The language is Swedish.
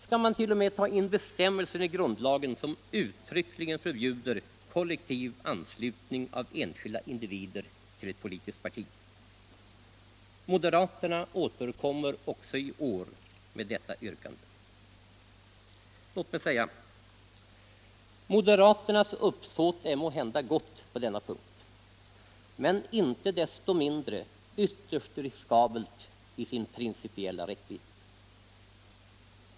Skall man t.o.m. ta in bestämmelser i grundlagen som uttryckligen förbjuder kollektiv anslutning av enskilda individer till ett politiskt parti? Moderaterna återkommer också i år med detta yrkande. Låt mig säga att moderaternas uppsåt är måhända gott på denna punkt, men inte desto mindre ytterst riskabelt i sin principiella räckvidd.